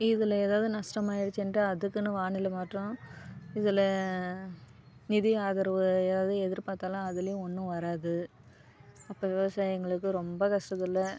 இதில் ஏதாவது நஷ்டம் ஆயிடுச்சுன்ட்டா அதுக்குன்னு வானிலை மாற்றம் இதில் நிதி ஆதரவு ஏதாவது எதிர்பார்த்தாலும் அதிலையும் ஒன்றும் வராது அப்போ விவசாயிங்களுக்கு ரொம்ப கஷ்டத்தில்